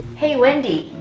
hey wendy,